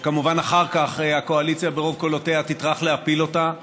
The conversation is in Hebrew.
שכמובן אחר כך הקואליציה ברוב קולותיה תטרח להפיל אותה,